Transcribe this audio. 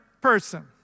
person